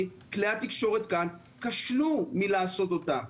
כלי התקשורת כאן כשלו מלעשות אותם.